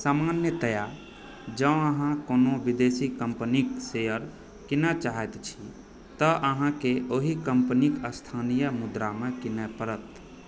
सामान्यतया जँ अहाँ कोनो विदेशी कम्पनीक शेयर कीनय चाहैत छी तँ अहाँकेँ ओहि कम्पनी क स्थानीय मुद्रामे कीनय पड़त